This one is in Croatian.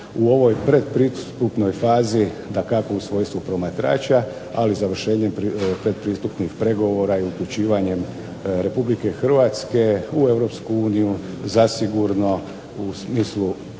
u ovoj predpristupnoj fazi dakako u svojstvu promatrača. Ali završenjem predpristupnih pregovora i uključivanjem Republike Hrvatske u Europsku uniju zasigurno u smislu